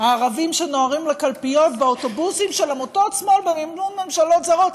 הערבים שנוהרים לקלפיות באוטובוסים של עמותות שמאל במימון ממשלות זרות,